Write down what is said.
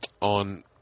on